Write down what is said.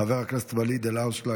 חבר הכנסת ואליד אלהואשלה,